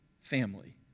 family